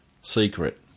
secret